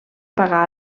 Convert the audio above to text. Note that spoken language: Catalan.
pagar